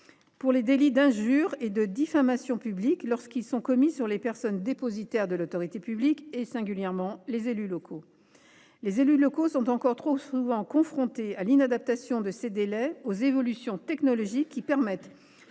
pour les délits d’injure et de diffamation publiques lorsque ces délits sont commis sur les personnes dépositaires de l’autorité publique, et singulièrement sur des élus locaux. Les élus locaux sont encore trop souvent confrontés à l’inadaptation de ces délais aux évolutions technologiques qui non